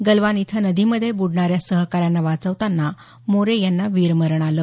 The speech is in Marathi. गलवान इथं नदीमध्ये ब्रडणाऱ्या सहकाऱ्यांना वाचवतांना मोरे यांना वीरमरण आलं